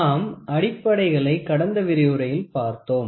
நாம் அடிப்படைகளை கடந்த விரிவுரையில் பார்த்தோம்